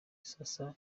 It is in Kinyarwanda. sasa